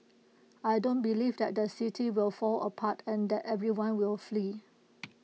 I don't believe that the city will fall apart and that everyone will flee